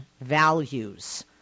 values